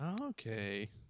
Okay